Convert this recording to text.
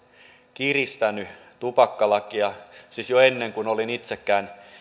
kiristänyt tupakkalakia siis jo ennen kuin olin itsekään